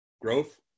growth